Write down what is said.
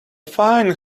fine